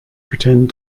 pretend